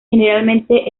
generalmente